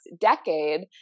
decade